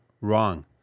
wrong